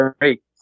great